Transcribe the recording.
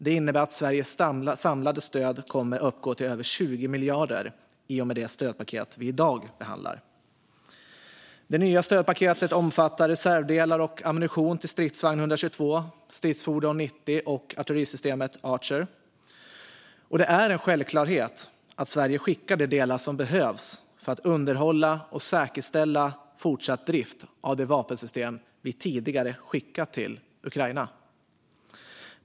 Det innebär att Sveriges samlade stöd, i och med det stödpaket vi i dag behandlar, kommer uppgå till över 20 miljarder. Det nya stödpaketet omfattar reservdelar och ammunition till Stridsvagn 122, Stridsfordon 90 och artillerisystemet Archer. Det är en självklarhet att Sverige skickar de delar som behövs för att underhålla och säkerställa fortsatt drift av de vapensystem vi tidigare skickat till Ukraina.